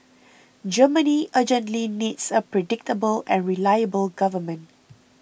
Germany urgently needs a predictable and reliable government